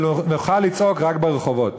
ונוכל לצעוק רק ברחובות.